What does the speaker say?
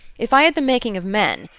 if i had the making of men,